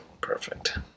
perfect